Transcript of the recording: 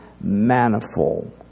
Manifold